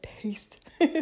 taste